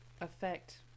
affect